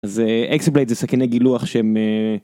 זה.. אקספלייט זה סכני גילוח שהם.